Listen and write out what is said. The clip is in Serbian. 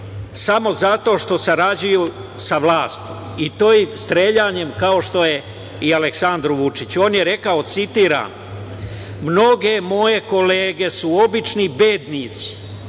samo zato što sarađuju sa vlasti, i to streljanjem kao što je i Aleksandru Vučiću. On je rekao, citiram: „Mnoge moje kolege su obični bednici,